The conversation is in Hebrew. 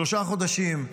שלושה חודשים.